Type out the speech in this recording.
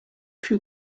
plus